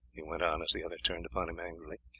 he went on as the other turned upon him angrily,